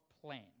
plan